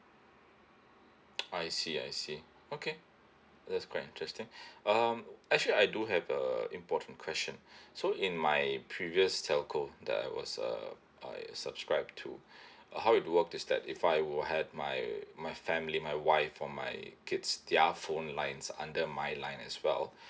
I see I see okay that's quite interesting um actually I do have a important question so in my previous telco that I was uh I subscribed to how it worked is that if I would have my my family my wife or my kids their phone lines are under my line as well